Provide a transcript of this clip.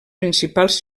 principals